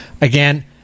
Again